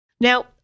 Now